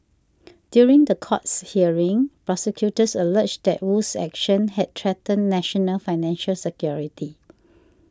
during the courts hearing prosecutors alleged that Wu's actions had threatened national financial security